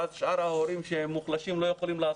ואז שאר ההורים שהם מוחלשים לא יכולים לעשות.